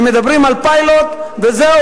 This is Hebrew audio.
הם מדברים על פיילוט וזהו,